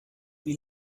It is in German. wie